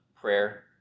prayer